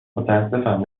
متاسفم